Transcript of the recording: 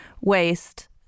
waste